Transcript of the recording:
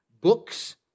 books